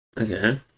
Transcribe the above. Okay